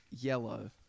Yellow